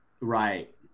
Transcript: Right